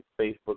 Facebook